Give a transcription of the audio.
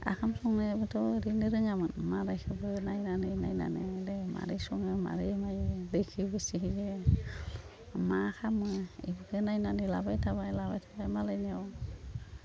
ओंखाम संनायाबोथ' ओरैनो रोङामोन मालायखौबो नायनानै नायनानै माबोरै सङो माबोरै मायो मा खालामो बेखौ नायनानै लाबाय थाबाय लाबाय थाबाय मालायनियाव